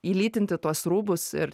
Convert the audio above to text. įlytinti tuos rūbus ir